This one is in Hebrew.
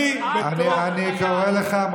אני קורא אותך,